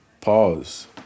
Pause